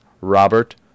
Robert